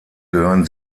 gehören